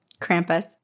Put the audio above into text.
Krampus